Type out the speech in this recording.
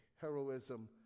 heroism